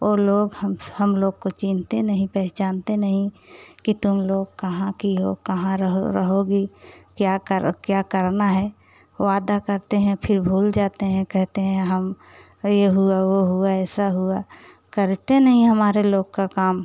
वो लोग हम हम लोग को चीन्हते नहीं पहिचानते नहीं कि तुम लोग कहाँ के हो कहाँ रहो रहोगी क्या कर क्या करना है वादा करते हैं फिर भूल जाते हैं कहते हैं हम यह हुआ वह हुआ ऐसा हुआ करते नहीं हमारे लोग का काम